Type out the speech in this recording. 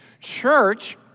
Church